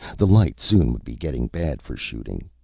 the light soon would be getting bad for shooting.